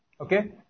Okay